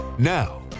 Now